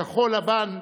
כחול-לבן,